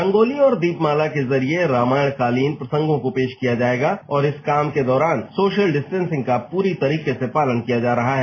रंगोली और दीपमाला के जरिए रामायण कालीन प्रसंगों को पेश किया जाएगा और इस काम के दौरान सोशल डिस्टेंसिंग का पूरी तरह से पालन किया जा रहा है